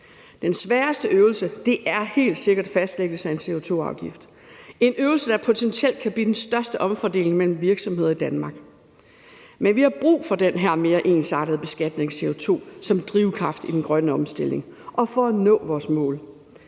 Den sværeste øvelse er helt sikkert fastlæggelsen af en CO2-afgift. Det er en øvelse, som potentielt kan blive den største omfordeling mellem virksomheder i Danmark. Men vi har brug for den her mere ensartede beskatning af CO2 som drivkraft i den grønne omstilling og for at nå vores mål.